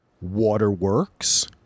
Waterworks